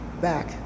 back